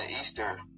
Easter